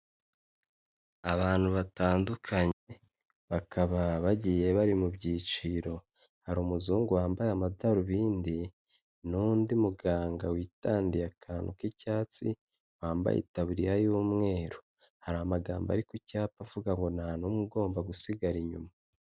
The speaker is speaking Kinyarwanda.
Abantu batandukanye bakaba bagiye bari mu byiciro, hari umuzungu wambaye amadarubindi n'undi muganga witandiye akantu k'icyatsi wambaye taburiya y'umweru, hari amagambo ari ku cyapa avuga ngo nta n'umwe ugomba gusigara inyuma.